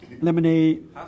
lemonade